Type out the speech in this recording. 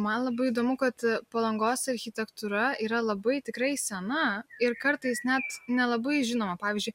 man labai įdomu kad palangos architektūra yra labai tikrai sena ir kartais net nelabai žinoma pavyzdžiui